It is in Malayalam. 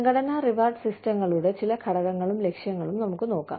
സംഘടനാ റിവാർഡ് സിസ്റ്റങ്ങളുടെ ചില ഘടകങ്ങളും ലക്ഷ്യങ്ങളും നമുക്ക് നോക്കാം